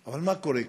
אבל מה קורה כאן,